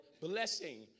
blessing